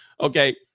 Okay